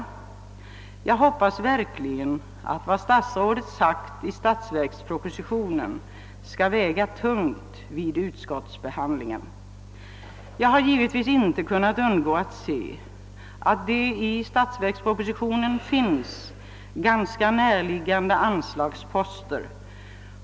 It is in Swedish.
Jag hoppas verkligen att vad statsrådet sagt i statsverkspropositionen skall väga tungt vid utskottsbehandlingen. Jag har givetvis inte kunnat undgå att se att det i statsverkspropositionen finns ganska näraliggande anslagsområden.